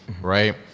right